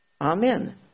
Amen